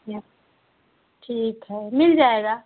क्या ठीक है मिल जायेगा